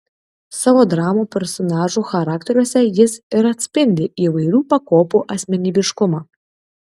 savo dramų personažų charakteriuose jis ir atspindi įvairių pakopų asmenybiškumą